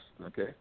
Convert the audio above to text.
okay